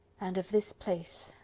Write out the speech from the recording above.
and of this place,